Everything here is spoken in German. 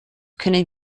können